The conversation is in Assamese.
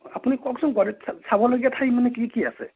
আপুনি কওকচোন গুৱাহাটীত চাবলগীয়া ঠাই মানে কি কি আছে